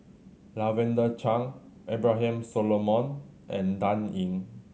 Lavender Chang Abraham Solomon and Dan Ying